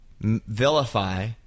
vilify